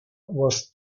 was